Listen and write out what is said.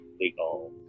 legal